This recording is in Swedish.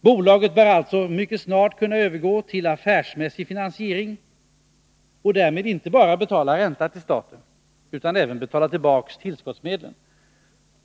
Bolaget bör alltså mycket snart kunna övergå till affärsmässig finansiering och därmed inte bara betala ränta till staten utan även betala tillbaka tillskottsmedel.